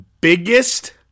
biggest